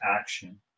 action